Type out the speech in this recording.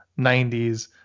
90s